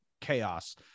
chaos